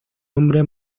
hombre